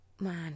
man